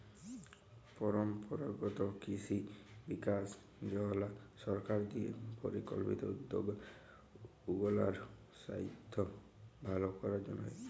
পরম্পরাগত কিসি বিকাস যজলা সরকার দিঁয়ে পরিকল্পিত উদ্যগ উগলার সাইস্থ্য ভাল করার জ্যনহে